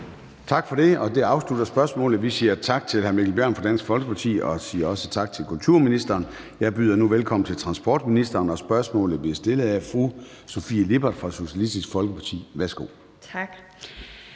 Tak for det. Det afslutter spørgsmålet, og vi siger tak til hr. Mikkel Bjørn fra Dansk Folkeparti og også tak til kulturministeren. Jeg byder nu velkommen til transportministeren, og spørgsmålet bliver stillet af fru Sofie Lippert fra Socialistisk Folkeparti. Kl.